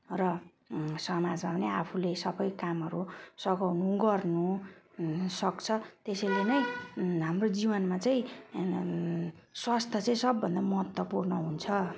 र समाजमा नै आफूले सबै कामहरू सघाउनु गर्नुसक्छ त्यसैले नै हाम्रो जीवनमा चाहिँ स्वास्थ्य चाहिँ सबभन्दा महत्त्वपूर्ण हुन्छ